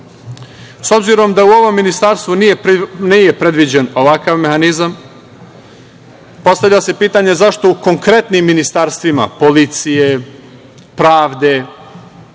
obzirom da u ovom ministarstvu nije predviđen ovakav mehanizam, postavlja se pitanje zašto u konkretnim ministarstvima – policije, pravde,